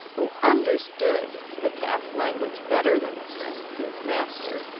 who understood the cat's language better than the prince, his master,